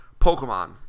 Pokemon